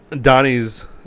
Donnie's